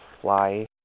fly